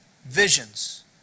visions